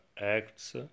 acts